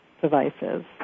devices